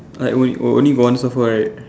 like onl~ only got one surfer right